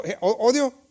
odio